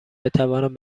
بتوانم